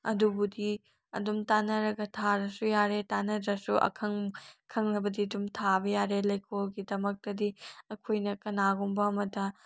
ꯑꯗꯨꯕꯨꯗꯤ ꯑꯗꯨꯝ ꯇꯥꯟꯅꯔꯒ ꯊꯥꯔꯁꯨ ꯌꯥꯔꯦ ꯇꯥꯟꯅꯗ꯭ꯔꯁꯨ ꯈꯪꯉꯕꯗꯤ ꯑꯗꯨꯝ ꯊꯥꯕ ꯌꯥꯔꯦ ꯂꯩꯀꯣꯜꯒꯤꯗꯃꯛꯇꯗꯤ ꯑꯩꯈꯣꯏꯅ ꯀꯅꯥꯒꯨꯝꯕ ꯑꯃꯗ